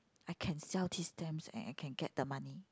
I can sell these stamps and I can get the money